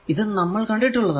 ഇത് നമ്മൾ കണ്ടിട്ടുള്ളതാണ്